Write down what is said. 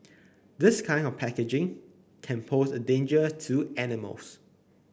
this kind of packaging can pose a danger to animals